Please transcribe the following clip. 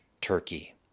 Turkey